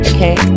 Okay